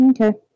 Okay